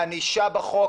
הענישה בחוק?